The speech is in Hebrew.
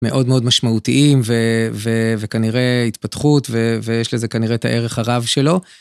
מאוד מאוד משמעותיים, וכנראה התפתחות, ויש לזה כנראה את הערך הרב שלו.